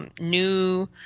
new